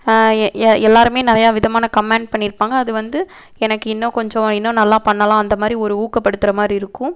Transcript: எல்லோருமே நிறையா விதமான கமெண்ட் பண்ணியிருப்பாங்க அது வந்து எனக்கு இன்னும் கொஞ்சம் இன்னும் நல்லா பண்ணலாம் அந்தமாதிரி ஒரு ஊக்கப்படுத்துகிற மாதிரி இருக்கும்